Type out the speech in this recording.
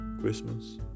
Christmas